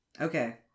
okay